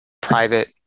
private